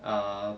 err